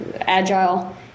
Agile